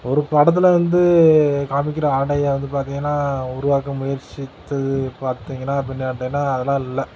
ஒரு படத்தில் வந்து காமிக்கிற ஆடையை வந்து பார்த்திங்கன்னா உருவாக்க முயற்சித்தது பார்த்திங்கன்னா அப்படின்னு கேட்டிங்கன்னா அதெலாம் இல்லை